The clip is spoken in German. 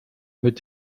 mit